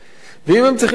ואם הם צריכים לחיות,